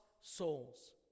souls